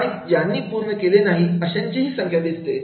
आणि ज्यांनी पूर्ण केले नाही अशांची संख्या दिसते